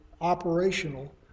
operational